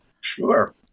Sure